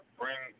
bring